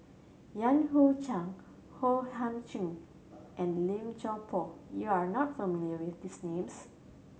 Yan Hui Chang O Thiam Chin and Lim Chuan Poh you are not familiar with these names